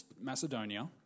Macedonia